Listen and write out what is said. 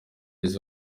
izi